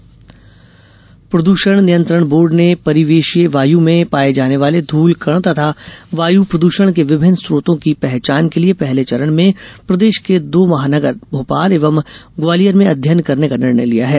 प्रदूषण जांच प्रद्षण नियंत्रण बोर्ड ने परिवेशीय वाय में पाये जाने वाले धूल कण तथा वायु प्रद्षण के विभिन्न स्रोतों की पहचान के लिये पहले चरण में प्रर्देश के दो महानगर भोपाल एवं ग्वालियर में अध्ययन करने का निर्णय लिया है